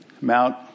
Mount